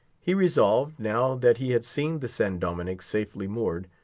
he resolved, now that he had seen the san dominick safely moored,